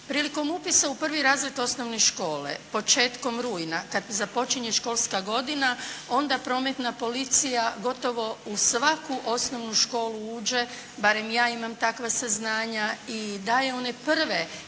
Prilikom upisa u prvi razred osnovne škole početkom rujna kada započinje školska godina onda prometna policija gotovo u svaku osnovnu školu uđe barem ja imam takva saznanja i daje one prve, ja